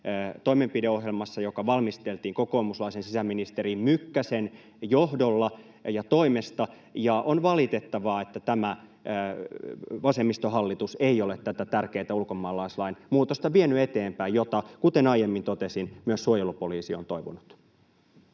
toimenpideohjelmassa, joka valmisteltiin kokoomuslaisen sisäministeri Mykkäsen johdolla ja toimesta, ja on valitettavaa, että tämä vasemmistohallitus ei ole tätä tärkeätä ulkomaalaislain muutosta vienyt eteenpäin, jota, kuten aiemmin totesin, myös suojelupoliisi on toivonut.